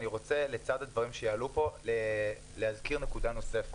לצד הדברים שיעלו פה אני רוצה להזכיר נקודה נוספת: